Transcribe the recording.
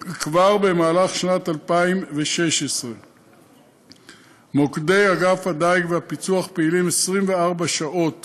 כבר במהלך שנת 2016. מוקדי אגף הדיג והפיצו"ח פעילים 24 שעות